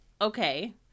okay